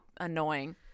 annoying